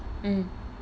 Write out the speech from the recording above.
mm